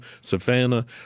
Savannah